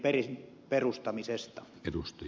arvoisa herra puhemies